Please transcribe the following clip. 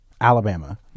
alabama